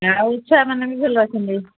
ଆଉ ଛୁଆ ମାନେ ବି ଭଲ ଅଛନ୍ତି